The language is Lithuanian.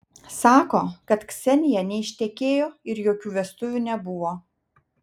sako kad ksenija neištekėjo ir jokių vestuvių nebuvo